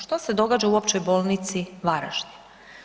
Što se događa u Općoj bolnici Varaždin?